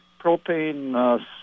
propane